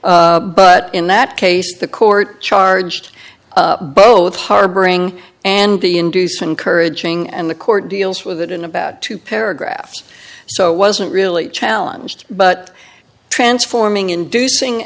nonny but in that case the court charged both harboring and the induce encouraging and the court deals with it in about two paragraphs so it wasn't really a challenge but transforming inducing